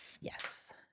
Yes